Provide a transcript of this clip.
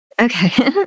Okay